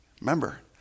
Remember